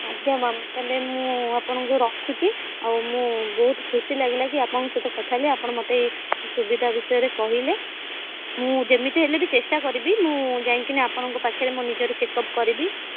ଆଜ୍ଞା ମ୍ୟାମ୍ ତା'ହେଲେ ମୁଁ ଆପଣଙ୍କୁ ରଖୁଛି ଆଉ ମୁଁ ବହୁତ ଖୁସି ଲାଗିଲା କି ଆପଣଙ୍କ ସହିତ କଥା ହେଲି ଆପଣ ମୋତେ ସୁବିଧା ବିଷୟରେ କହିଲେ ମୁଁ ଯେମିତି ହେଲେ ବି ଚେଷ୍ଟା କରିବି ମୁଁ ଯାଇକି ନା ଆପଣଙ୍କ ପାଖରେ ମୋ ନିଜର ଚେକ୍ଅପ୍ କରିବି